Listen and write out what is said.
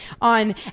on